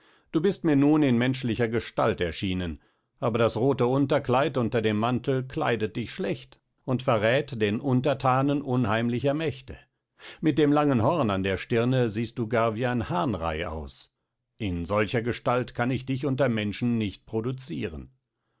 du bist mir nun in menschlicher gestalt erschienen aber das rothe unterkleid unter dem mantel kleidet dich schlecht und verräth den unterthanen unheimlicher mächte mit dem langen horn an der stirne siehst du gar wie ein hahnrei aus in solcher gestalt kann ich dich unter menschen nicht producieren